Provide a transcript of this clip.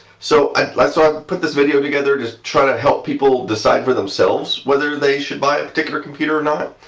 so i like so i put this video together to try to help people decide for themselves whether they should buy a particular computer or not.